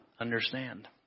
Understand